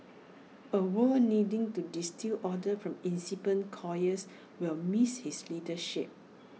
A world needing to distil order from incipient chaos will miss his leadership